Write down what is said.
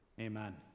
amen